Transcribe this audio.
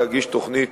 להגיש תוכנית